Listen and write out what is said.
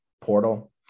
portal